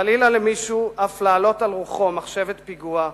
"חלילה למישהו אף להעלות על רוחו מחשבת פיגוע,